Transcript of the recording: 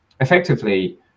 effectively